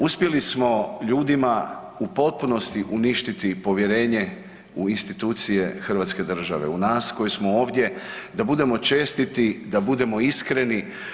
Uspjeli smo ljudima u potpunosti uništiti povjerenje u institucije hrvatske države, u nas koji smo ovdje da budemo čestiti, da budemo iskreni.